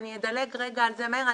אני אדלג על זה מהר,